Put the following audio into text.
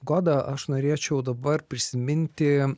goda aš norėčiau dabar prisiminti